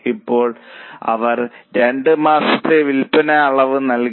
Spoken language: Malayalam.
ഇപ്പോൾ അവർ 2 മാസത്തെ വിൽപ്പന അളവ് നൽകി